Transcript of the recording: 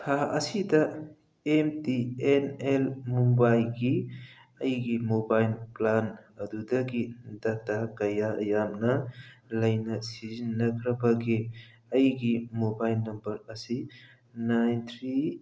ꯊꯥ ꯑꯁꯤꯗ M T N L ꯃꯨꯝꯕꯥꯏꯒꯤ ꯑꯩꯒꯤ ꯃꯣꯕꯥꯏꯟ ꯄ꯭ꯂꯥꯟ ꯑꯗꯨꯗꯒꯤ ꯗꯥꯇꯥ ꯀꯌꯥ ꯌꯥꯝꯅ ꯂꯩꯕ ꯁꯤꯖꯤꯟꯅꯈ꯭ꯔꯕꯒꯦ ꯑꯩꯒꯤ ꯃꯣꯕꯥꯏꯜ ꯅꯝꯕꯔ ꯑꯁꯤ ꯅꯥꯏꯟ ꯊ꯭ꯔꯤ